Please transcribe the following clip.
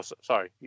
sorry